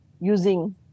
using